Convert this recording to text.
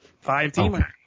Five-teamer